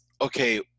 okay